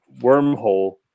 wormhole